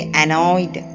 annoyed